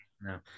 no